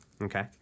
okay